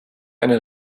einen